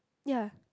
ya